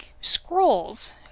Scrolls